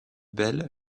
bel